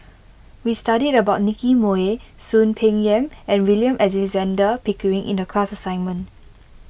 we studied about Nicky Moey Soon Peng Yam and William Alexander Pickering in the class assignment